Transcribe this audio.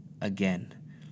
again